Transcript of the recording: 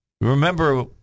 remember